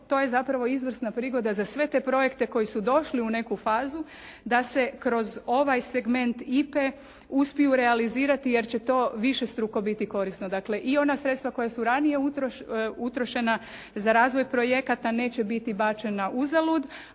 to je zapravo izvrsna prigoda za sve te projekte koji su došli u neku fazu da se kroz ovaj segment IPA-e uspiju realizirati jer će to višestruko biti korisno. Dakle i ona sredstva koja su ranije utrošena za razvoj projekata neće biti bačena uzalud